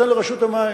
תן לרשות המים.